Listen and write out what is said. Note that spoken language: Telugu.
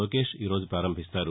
లోకేశ్ ఈ రోజు ప్రపారంభిస్తారు